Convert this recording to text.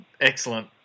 Excellent